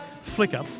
flicker